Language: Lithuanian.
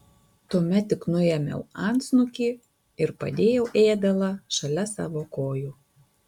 tuomet tik nuėmiau antsnukį ir padėjau ėdalą šalia savo kojų